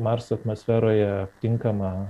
marso atmosferoje aptinkama